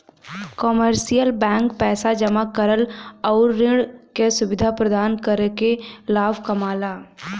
commercial bank पैसा जमा करल आउर ऋण क सुविधा प्रदान करके लाभ कमाला